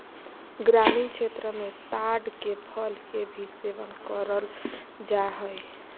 ग्रामीण क्षेत्र मे ताड़ के फल के भी सेवन करल जा हय